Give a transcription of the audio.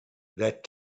that